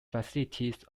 facilities